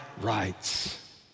rights